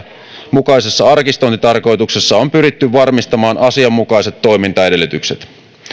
mukaisessa arkistointitarkoituksessa on pyritty varmistamaan asianmukaiset toimintaedellytykset